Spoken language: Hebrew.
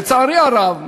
לצערי הרב,